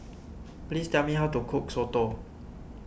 please tell me how to cook Soto